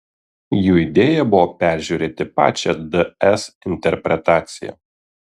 jų idėja buvo peržiūrėti pačią ds interpretaciją